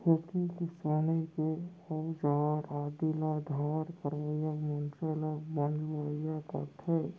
खेती किसानी के अउजार आदि ल धार करवइया मनसे ल मंजवइया कथें